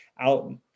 out